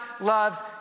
loves